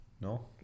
No